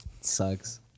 Sucks